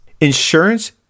Insurance